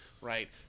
Right